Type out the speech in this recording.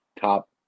top